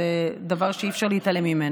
וזה דבר שאי-אפשר להתעלם ממנו,